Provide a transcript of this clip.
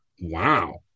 Wow